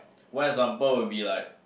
one example would be like